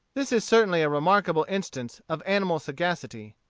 this is certainly a remarkable instance of animal sagacity.